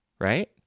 right